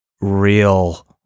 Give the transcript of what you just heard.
real